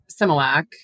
Similac